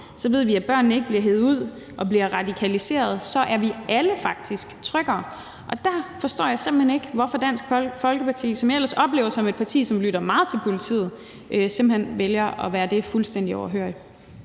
Så ved vi, at børnene ikke bliver hevet ud og bliver radikaliseret, og så er vi faktisk alle tryggere. Der forstår jeg simpelt hen ikke, hvorfor Dansk Folkeparti – som jeg ellers oplever som et parti som lytter meget til politiet – vælger at sidde det fuldstændig overhørig.